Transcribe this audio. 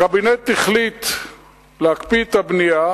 הקבינט החליט להקפיא את הבנייה,